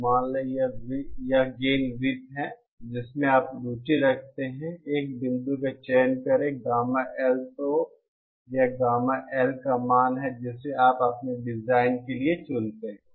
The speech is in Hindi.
तो मान लें कि यह गेन वृत्त है जिसमें आप रुचि रखते हैं एक बिंदु का चयन करें गामा L तो यह गामा L का मान है जिसे आप अपने डिज़ाइन लिए चुनते हैं